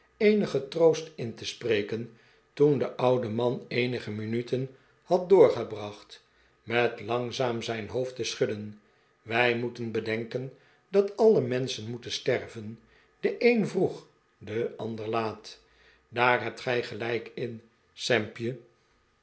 eenigen troost in te spreken toen de oude man eenige minuten had doorgebracht met langzaam zijn hoofd te schudden wij moeten bedenken dat alle menschen moeten sterven de een vroeg de ander laat daar hebt gij gelijk in sampje